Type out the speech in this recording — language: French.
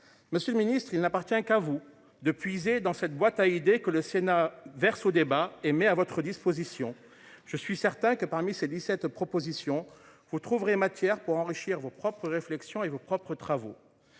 Monsieur le ministre, il n'appartient qu'à vous de puiser dans cette boîte à idées que le Sénat verse au débat et met à votre disposition. Je suis certain que parmi ces 17 propositions, vous trouverez matière pour enrichir vos propres réflexions et vos propres travaux.